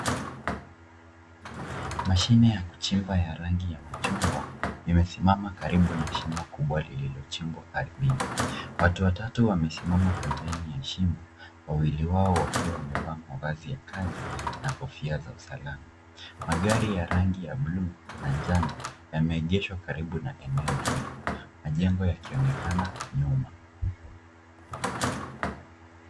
Mashine ya kuchimba ya rangi ya machungwa imesimama karibu na shimo kubwa lililochimbwa ardhini. Watu watatu wamesimama pembeni ya shimo wawili wao wakiwa wamevaa mavazi ya kazi na kofia za usalama. Magari ya rangi ya bluu na njano yameegeshwa karibu na eneo hilo majengo yakionekana nyuma.